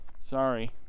Sorry